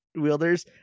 wielders